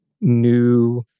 new